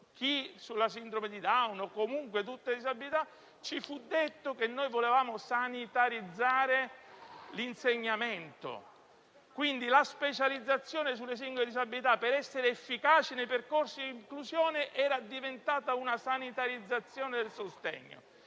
sulla sindrome di Down o comunque su tutte le disabilità), ci fu detto che noi volevamo sanitarizzare l'insegnamento. Quindi, la specializzazione sulle singole disabilità affinché fosse efficace nei percorsi di inclusione era diventata una sanitarizzazione del sostegno.